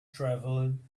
traveled